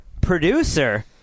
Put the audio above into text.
producer